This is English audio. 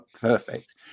perfect